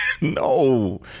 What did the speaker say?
No